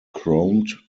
chromed